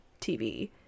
tv